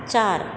चार